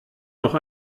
noch